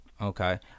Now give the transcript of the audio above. Okay